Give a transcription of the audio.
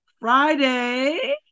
Friday